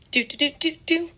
Do-do-do-do-do